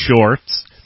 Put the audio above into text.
shorts